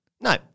no